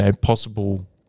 possible